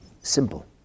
simple